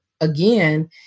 again